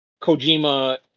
Kojima